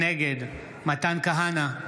נגד מתן כהנא,